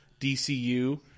DCU